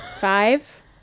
Five